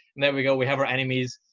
and there we go. we have our enemies.